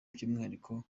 by’umwihariko